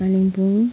Kalimpong